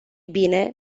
bine